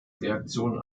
reaktion